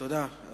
תודה.